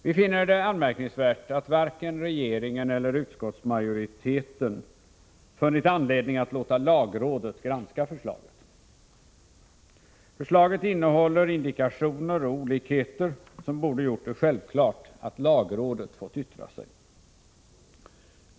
Vi finner det anmärkningsvärt att varken regeringen eller utskottsmajoriteten funnit anledning att låta lagrådet granska förslaget. Förslaget innehåller indikationer och olikheter som borde ha gjort det självklart att lagrådet hade fått yttra sig.